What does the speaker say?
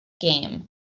game